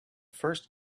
first